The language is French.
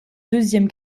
deuxième